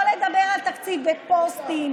ולא לדבר על תקציב בפוסטים,